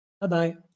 Bye-bye